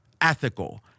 ethical